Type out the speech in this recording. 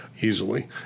Easily